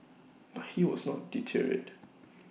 but he was not deterred